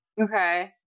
Okay